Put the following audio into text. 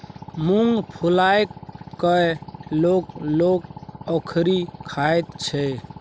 मुँग फुलाए कय लोक लोक ओकरी खाइत छै